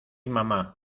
mamá